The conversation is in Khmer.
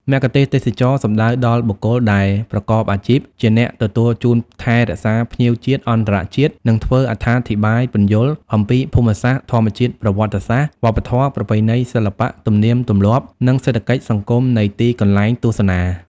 មគ្គុទ្ទេសក៍ទេសចរណ៍សំដៅដល់បុគ្គលដែលប្រកបអាជីព ជាអ្នកទទួលជូនថែរក្សាភ្ញៀវជាតិ អន្តរជាតិ និងធ្វើអត្ថាធិប្បាយពន្យល់ អំពីភូមិសាស្ត្រ ធម្មជាតិ ប្រវត្តិសាស្រ្ត វប្បធម៌ ប្រពៃណី សិល្បៈ ទំនៀមទម្លាប់ និងសេដ្ឋកិច្ច សង្គមនៃទីកន្លែងទស្សនា។